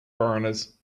foreigners